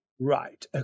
Right